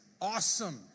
awesome